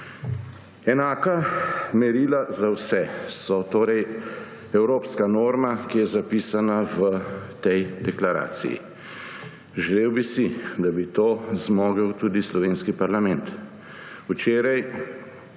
Enaka merila za vse so torej evropska norma, ki je zapisana v tej deklaraciji. Želel bi si, da bi to zmogel tudi slovenski parlament.